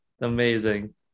amazing